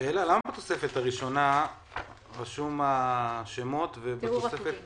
שאלה: למה בתוספת הראשונה רשומים השמות ובתופסת